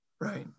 Right